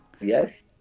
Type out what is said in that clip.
Yes